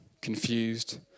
confused